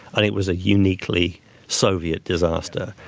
and it was a uniquely soviet disaster.